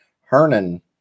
Hernan